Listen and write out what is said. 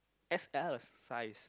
x_l size